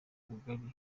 ubugari